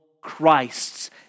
Christ's